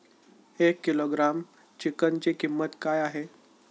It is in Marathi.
एक किलोग्रॅम चिकनची किंमत काय आहे?